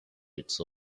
its